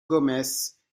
gomes